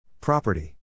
Property